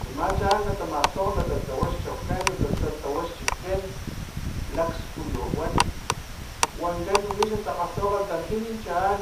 Tsaman chaan tmastokg natalhawa xchaukan natalhawa xchikan lakskulujwan wankan wixa takgalhtawakgat chu wi akgtimi chaan